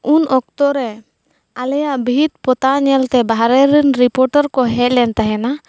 ᱩᱱ ᱚᱠᱛᱚᱨᱮ ᱟᱞᱮᱭᱟᱜ ᱵᱷᱤᱛ ᱯᱚᱛᱟᱣ ᱧᱮᱞᱛᱮ ᱵᱟᱦᱨᱮ ᱨᱮᱱ ᱨᱤᱯᱳᱴᱟᱨ ᱠᱚ ᱦᱮᱡ ᱞᱮᱱ ᱛᱟᱦᱮᱱᱟ